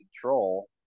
control